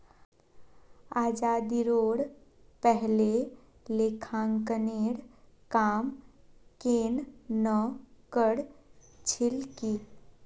आज़ादीरोर पहले लेखांकनेर काम केन न कर छिल की